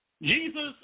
Jesus